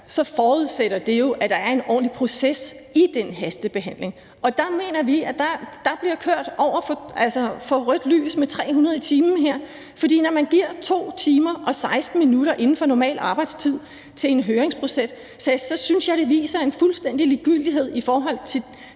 forudsætter det jo, at der er en ordentlig proces i den hastebehandling, og der mener vi, at der her bliver kørt over for rødt lys med 300 km/t., for når man giver 2 timer og 16 minutter inden for normal arbejdstid til en høringsproces, synes jeg, det viser en fuldstændig ligegyldighed i forhold til